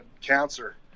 cancer